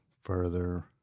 further